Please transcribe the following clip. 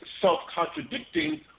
self-contradicting